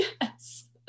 Yes